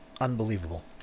unbelievable